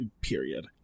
period